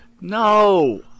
No